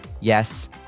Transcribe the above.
Yes